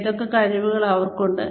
എന്തൊക്കെ കഴിവുകൾ അവർക്കുണ്ട്